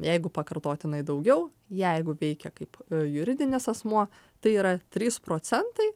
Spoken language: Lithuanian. jeigu pakartotinai daugiau jeigu veikia kaip juridinis asmuo tai yra trys procentai